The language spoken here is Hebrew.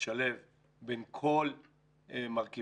לשלב בין כל מרכיבי